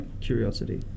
curiosity